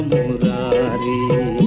Murari